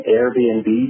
Airbnb